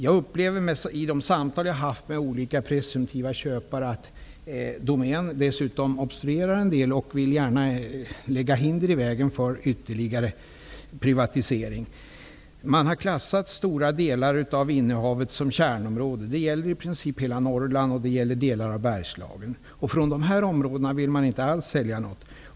Jag har dessutom i de samtal som jag har haft med olika presumtiva köpare fått uppgift om att Domän obstruerar en del och gärna vill lägga hinder i vägen för ytterligare privatisering. Man har klassat stora delar av innehavet som kärnområde. Det gäller i princip hela Norrland och delar av Bergslagen. Från dessa områden vill man inte alls sälja något.